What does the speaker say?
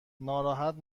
ناراحت